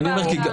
נכון.